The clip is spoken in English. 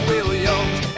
Williams